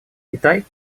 китай